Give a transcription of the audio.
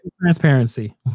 Transparency